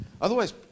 Otherwise